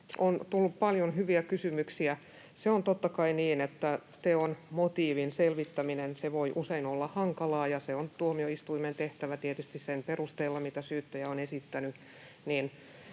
on tullut paljon hyviä kysymyksiä: Se on totta kai niin, että teon motiivin selvittäminen voi usein olla hankalaa, ja on tuomioistuimen tehtävä tietysti sen perusteella, mitä syyttäjä on esittänyt,